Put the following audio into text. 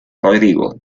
rodrigo